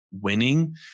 winning